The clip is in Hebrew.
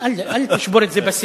אל תשבור את זה בשיא.